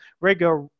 regular